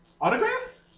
Autograph